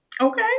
Okay